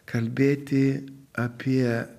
kalbėti apie